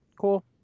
cool